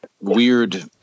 weird